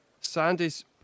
Sandy's